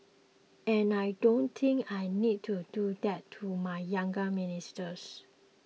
and I don't think I need to do that to my younger ministers